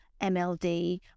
MLD